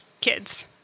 kids